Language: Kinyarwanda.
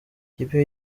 ikipe